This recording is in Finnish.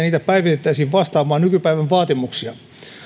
niitä päivitettäisiin vastaamaan nykypäivän vaatimuksia